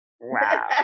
Wow